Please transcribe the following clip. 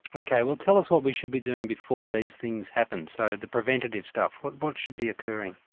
ok, well tell us what we should be doing before these things happen, so the preventative stuff what what should be occurring?